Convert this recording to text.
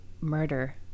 murder